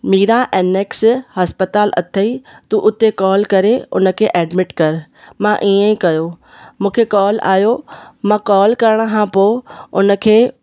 Meera annexe अस्पताल अथई तूं उते कॉल करे उन खे एडमिट कर मां इअं ई कयो मूंखे कॉल आयो मां कॉल करण खां पोइ उन खे